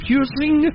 using